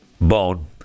bone